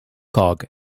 cog